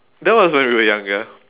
that was when we were younger